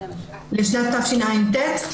לתשע"ט.